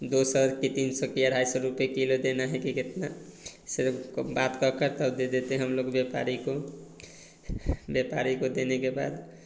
दो सौ कि तीन सौ कि अढ़ा सौ रुपए किलो देना है कि कितना सिर्फ़ बात क कर तब देते हैं हम लोग व्यापारी को व्यापारी को देने के बाद